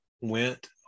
went